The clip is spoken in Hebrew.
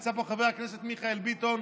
נמצא פה חבר הכנסת מיכאל ביטון,